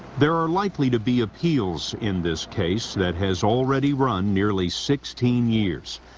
there are likely to be appeals in this case, that has already run nearly sixteen years.